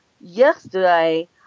yesterday